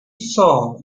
saw